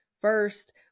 First